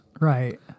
right